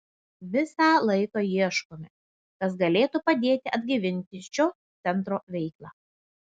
visą laiką ieškome kas galėtų padėti atgaivinti šio centro veiklą